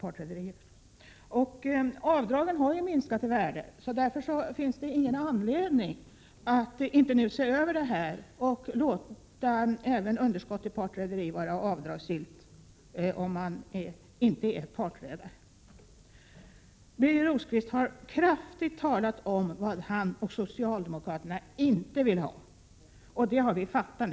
Men avdragen har ju minskat i värde, och därför finns det ingen anledning att inte nu se över frågan och låta även underskott i partrederierna vara avdragsgillt. Birger Rosqvist har här med eftertryck talat om vad han och socialdemokraterna inte vill ha. Det har vi fattat.